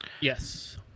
yes